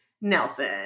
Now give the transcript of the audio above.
Nelson